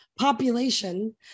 population